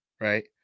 right